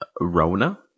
Rona